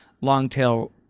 long-tail